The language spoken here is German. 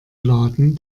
laden